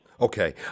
Okay